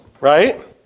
Right